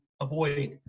avoid